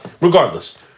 regardless